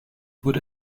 wurde